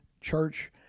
church